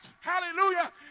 Hallelujah